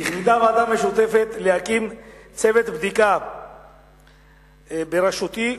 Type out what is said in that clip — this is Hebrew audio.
להקים צוות בדיקה בראשותי,